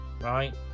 right